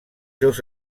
seus